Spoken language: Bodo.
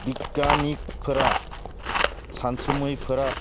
बिग्यानिकफोरा सानसुमैफोरा